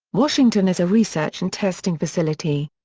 washington as a research and testing facility.